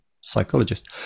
psychologist